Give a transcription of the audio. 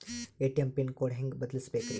ATM pin code ಹೆಂಗ್ ಬದಲ್ಸ್ಬೇಕ್ರಿ?